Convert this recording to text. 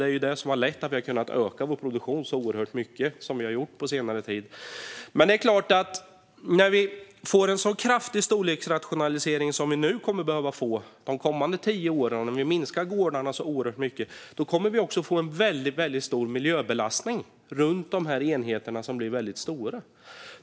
Det är det som har lett till att vi har kunnat öka vår produktion så mycket som vi har gjort på senare tid. Men när vi får en så kraftig storleksrationalisering som vi kommer att behöva få de kommande tio åren - och om antalet gårdar minskar oerhört mycket - kommer vi också att få en väldigt stor miljöbelastning runt de enheter som blir väldigt stora.